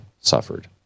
suffered